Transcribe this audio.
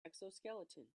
exoskeleton